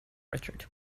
richard